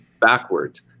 backwards